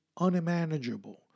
unmanageable